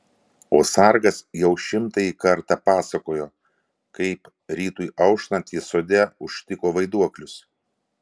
o sargas jau šimtąjį kartą pasakojo kaip rytui auštant jis sode užtiko vaiduoklius